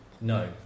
no